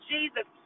Jesus